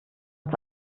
uns